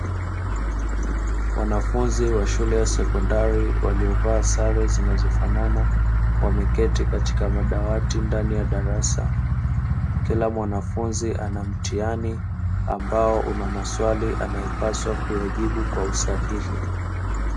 Wanafunzi wa shule ya sekondari walio vaa sale zinazofanana, wameketi katika madawati ndani ya darasa kila mwanafunzi anamtihani ambao unamaswali anae paswa kuyajibu kwa usahihi.